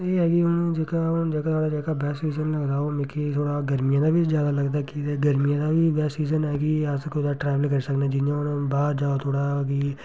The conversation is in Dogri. एह् ऐ कि हून जेह्का हून जेह्का जेह्का बैस्ट सीजन लगदा ओह् मिगी थोह्ड़ा गर्मियें दा बी ज्यादा लगदा कि गर्मियें दा बी बैस्ट सीज़न ऐ कि अस कुदै ट्रैवलिंग करी सकने आं जियां हून बाह्र जाओ थोह्ड़ा कि